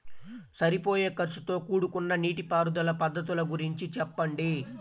సరిపోయే ఖర్చుతో కూడుకున్న నీటిపారుదల పద్ధతుల గురించి చెప్పండి?